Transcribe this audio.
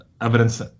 evidence